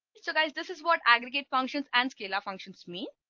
so guys, this is what aggregate functions and scalar functions mean.